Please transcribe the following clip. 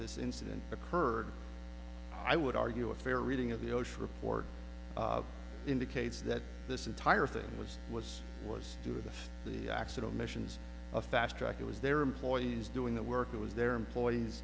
this incident occurred i would argue a fair reading of the ocean report indicates that this entire thing was was was do with the accident missions a fast track it was their employees doing the work it was their employees